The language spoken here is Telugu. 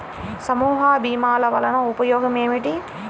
సమూహ భీమాల వలన ఉపయోగం ఏమిటీ?